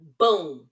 boom